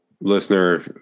listener